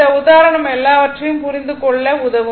இந்த உதாரணம் எல்லாவற்றையும் புரிந்து கொள்ள உதவும்